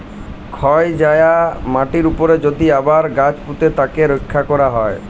ক্ষয় যায়া মাটির উপরে যদি আবার গাছ পুঁতে তাকে রক্ষা ক্যরা হ্যয়